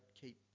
keep